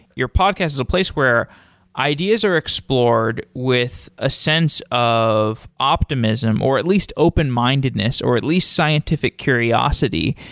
your podcast is a place where ideas are explored with a sense of optimism or at least open-mindedness, or at least scientific curiosity,